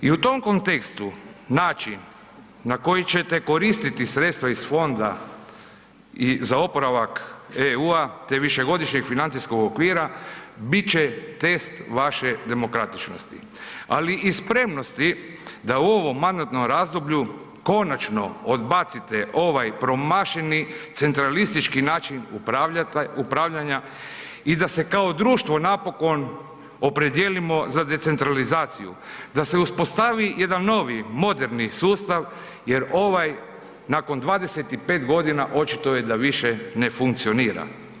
I u tom kontekstu, način na koji ćete koristiti sredstva iz fonda za oporavak EU, te višegodišnjeg financijskog okvira, bit će test vaše demokratičnosti, ali i spremnosti da u ovom mandatnom razdoblju konačno odbacite ovaj promašeni centralistički način upravljanja i da se kao društvo napokon opredijelimo za decentralizaciju, da se uspostavi jedan novi moderni sustav jer ovaj nakon 25.g. očito je da više ne funkcionira.